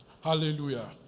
Hallelujah